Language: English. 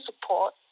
support